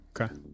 Okay